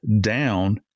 down